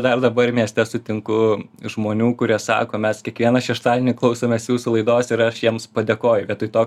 dar dabar mieste sutinku žmonių kurie sako mes kiekvieną šeštadienį klausomės jūsų laidos ir aš jiems padėkoju vietoj to